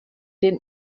den